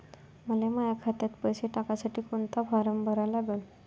मले माह्या खात्यात पैसे टाकासाठी कोंता फारम भरा लागन?